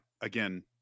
Again